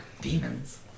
demons